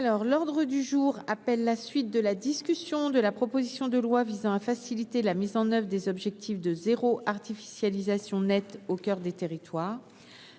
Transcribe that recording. L'ordre du jour appelle la suite de la discussion de la proposition de loi visant à faciliter la mise en oeuvre des objectifs de « zéro artificialisation nette » au coeur des territoires